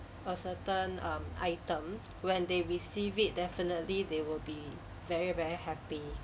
a certain um item when they receive it definitely they will be very very happy